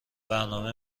برنامه